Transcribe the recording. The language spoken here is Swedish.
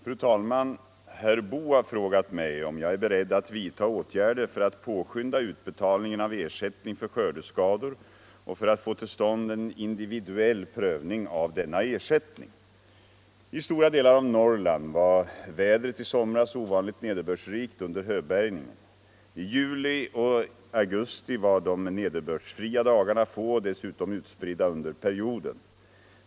Fru talman! Herr Boo har frågat mig om jag är beredd att vidta åtgärder för att påskynda utbetalningen av ersättning för skördeskador och för att få till stånd en individuell prövning av denna ersättning. I stora delar av Norrland var vädret i somras ovanligt nederbördsrikt under höbärgningen. I juli och augusti var de nederbördsfria dagarna få och dessutom utspridda under perioden.